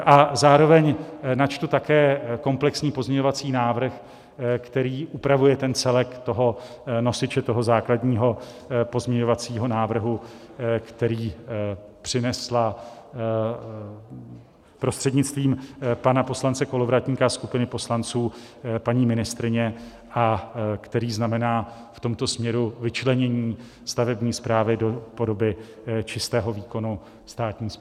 A zároveň načtu také komplexní pozměňovací návrh, který upravuje celek toho nosiče, toho základního pozměňovacího návrhu, který přinesla prostřednictvím předsedajícího pana poslance Kolovratníka a skupiny poslanců paní ministryně a který znamená v tomto směru vyčlenění stavební správy do podoby čistého výkonu státní správy.